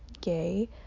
gay